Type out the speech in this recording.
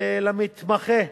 ולמתמחה.